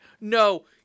no